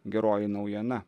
geroji naujiena